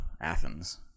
Athens